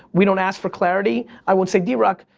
we don't ask for clarity. i won't say drock,